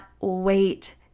wait